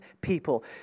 people